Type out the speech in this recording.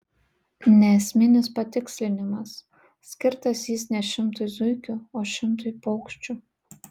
neesminis patikslinimas skirtas jis ne šimtui zuikių o šimtui paukščių